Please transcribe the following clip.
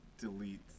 delete